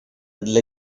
для